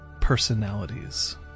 personalities